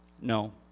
No